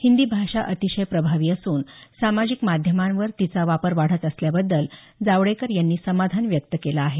हिंदी भाषा अतिशय प्रभावी असून सामाजिक माध्यमांवर तिचा वापर वाढत असल्याबद्दल जावडेकर यांनी समाधान व्यक्त केलं आहे